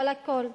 אבל הכול.